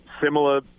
similar